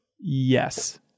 Yes